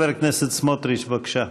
חבר הכנסת סמוטריץ, בבקשה.